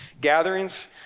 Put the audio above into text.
Gatherings